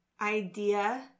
idea